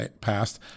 passed